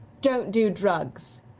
don't do drugs.